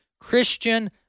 Christian